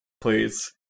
please